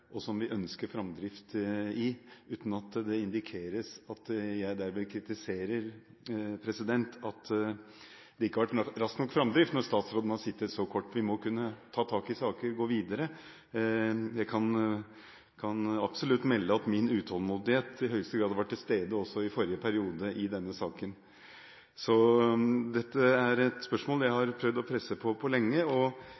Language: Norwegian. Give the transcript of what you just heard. og som vi ønsker framdrift i, uten at det indikeres at jeg derved kritiserer at det ikke har vært rask nok framdrift når statsråden har sittet så kort. Vi må kunne ta tak i saker, gå videre. Jeg kan absolutt melde at min utålmodighet i høyeste grad har vært til stede også i forrige periode i denne saken, så dette er et spørsmål jeg